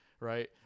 Right